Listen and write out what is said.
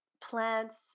plants